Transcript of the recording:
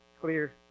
clear